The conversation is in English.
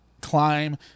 climb